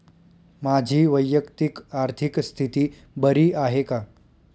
माझी वैयक्तिक आर्थिक स्थिती बरी आहे का?